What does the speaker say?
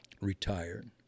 retired